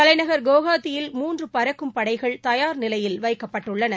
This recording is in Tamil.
தலைநகர் குவஹாத்தியில் மூன்று பறக்கும் படையில் தயார் நிலையில் வைக்கப்பட்டுள்ளன